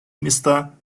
міста